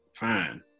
fine